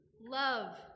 love